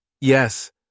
Yes